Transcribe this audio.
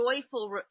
joyful